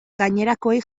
gainerakoei